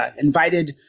invited